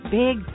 big